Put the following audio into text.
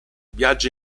viaggia